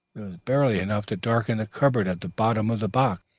barely enough to darken the cardboard at the bottom of the box,